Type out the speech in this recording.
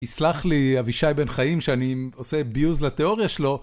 יסלח לי אבישי בן חיים שאני עושה abuse לתיאוריה שלו.